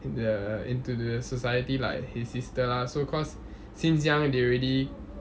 the into the society like his sister lah so cause since young they already